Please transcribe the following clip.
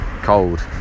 cold